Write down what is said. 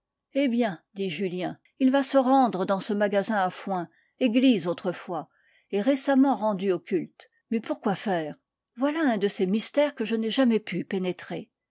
hé bien dit julien il va se rendre dans ce magasin à foin église autrefois et récemment rendu au culte mais pour quoi faire voilà un de ces mystères que je n'ai jamais pu pénétrer